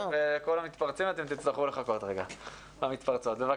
וכל המתפרצים והמתפרצות, אתם תצטרכו לחכות רגע.